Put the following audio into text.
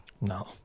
No